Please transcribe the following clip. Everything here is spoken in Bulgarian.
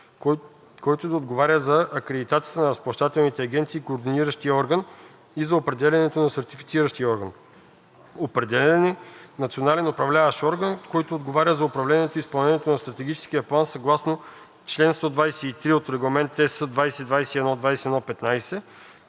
който да отговаря за акредитацията на разплащателните агенции и координиращия орган и за определянето на сертифициращия орган. Определен е национален управляващ орган, който отговаря за управлението и изпълнението на Стратегическия план съгласно чл. 123 от Регламент ЕС 2021/2115,